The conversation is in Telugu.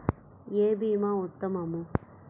ఏ భీమా ఉత్తమము?